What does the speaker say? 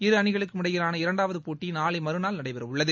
இரு அணிகளுக்கும் இடையிலான இரண்டாவது போட்டி நாளை மறுநாள் நடைபெற உள்ளது